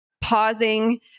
pausing